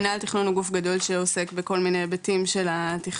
מינהל התכנון הוא גוף גדול שעוסק בכל מיני היבטים של התכנון,